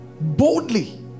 boldly